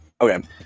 Okay